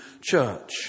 church